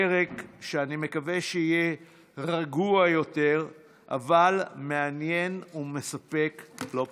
פרק שאני מקווה שיהיה רגוע יותר אבל מעניין ומספק לא פחות.